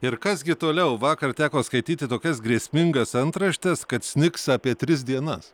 ir kas gi toliau vakar teko skaityti tokias grėsmingas antraštes kad snigs apie tris dienas